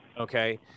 okay